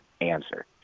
answer